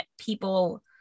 people